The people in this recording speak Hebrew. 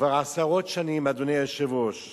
כבר עשרות שנים, אדוני היושב-ראש,